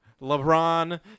LeBron